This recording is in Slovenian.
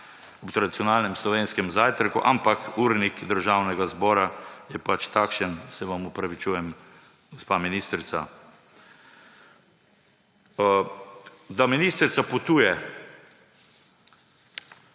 ob tradicionalnem slovenskem zajtrku, ampak urnik Državnega zbora je pač takšen. Se vam opravičujem, gospa ministrica. Da ministrica potuje.